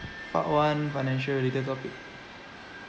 part one financial related topic